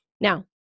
Now